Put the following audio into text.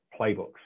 playbooks